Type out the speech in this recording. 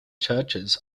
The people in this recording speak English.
churches